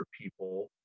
people